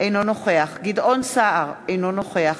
אינו נוכח גדעון סער, אינו נוכח